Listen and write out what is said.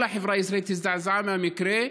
כל החברה הישראלית הזדעזעה מהמקרה,